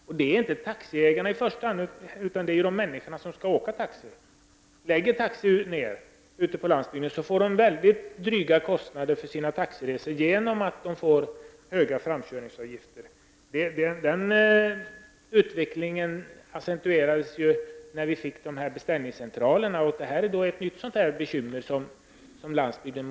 Detta gäller inte taxiägarna i första hand, utan de människor som skall åka taxi. Lägger en taxiägare ner sin verksamhet ute på landsbygden får människorna där mycket stora kostnader för sina taxiresor, eftersom de då får höga framkörningsavgifter. Den utvecklingen accentuerades när vi fick beställningscentraler. Det här är ett nytt bekymmer som drabbar landsbygden.